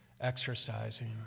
exercising